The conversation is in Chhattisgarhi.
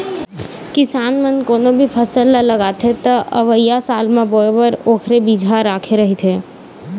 किसान मन कोनो भी फसल ल लगाथे त अवइया साल म बोए बर ओखरे बिजहा राखे रहिथे